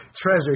treasure